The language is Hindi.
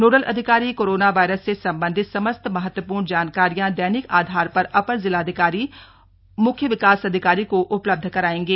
नोडल अधिकारी कोरोना वायरस से संबंधित समस्त महत्वपूर्ण जानकारियां दैनिक आधार पर अपर जिलाधिकारी मुख्य विकास अधिकारी को उपलब्ध करायेंगे